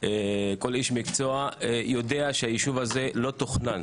כל איש מקצוע יודע שהיישוב הזה לא תוכנן